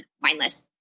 mindless